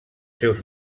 seus